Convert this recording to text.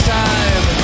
time